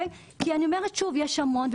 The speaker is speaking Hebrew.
כי אני אומרת שוב יש המון.